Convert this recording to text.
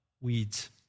weeds